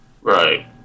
right